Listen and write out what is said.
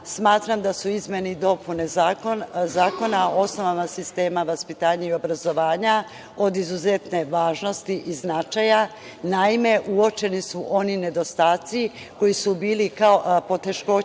smatram da su izmene i dopune Zakona o osnovama sistema vaspitanja i obrazovanja od izuzetne važnosti i značaja. Naime, uočeni su oni nedostaci koji su bili kao poteškoća